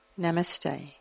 Namaste